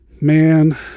man